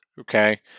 okay